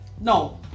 No